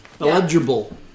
Eligible